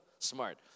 Smart